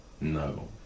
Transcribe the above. No